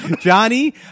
Johnny